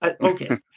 Okay